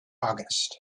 august